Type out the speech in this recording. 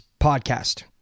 podcast